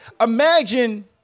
Imagine